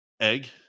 egg